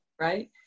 right